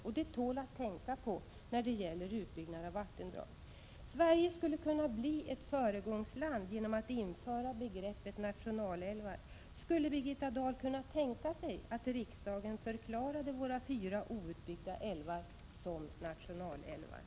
Det tål att tänka på när det gäller utbyggnad av vattendrag. Sverige skulle kunna bli ett föregångsland genom att införa begreppet ”nationalälvar”. Skulle Birgitta Dahl kunna tänka sig att riksdagen förklarade våra fyra outbyggda älvar som nationalälvar?